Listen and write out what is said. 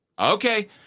Okay